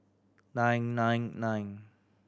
nine nine nine